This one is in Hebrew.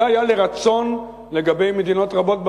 זה היה לרצון למדינות רבות בעולם.